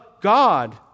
God